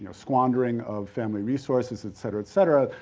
squandering of family resources, et cetera, et cetera.